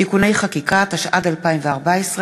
התשע"ד 2014,